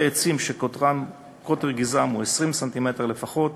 עצים שקוטר גזעם הוא 20 סנטימטר לפחות